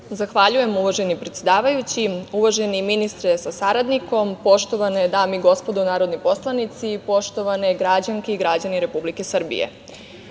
Zahvaljujem uvaženi predsedavajući. Uvaženi ministre sa saradnikom, poštovane dame i gospodo narodni poslanici, poštovane građanke i građani Republike Srbije,